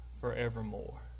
forevermore